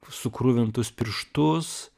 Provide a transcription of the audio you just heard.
sukruvintus pirštus